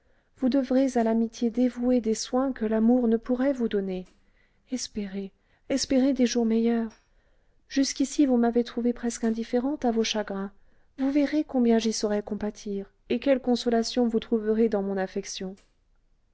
vous devrez à l'amitié dévouée des soins que l'amour ne pourrait vous donner espérez espérez des jours meilleurs jusqu'ici vous m'avez trouvée presque indifférente à vos chagrins vous verrez combien j'y saurai compatir et quelles consolations vous trouverez dans mon affection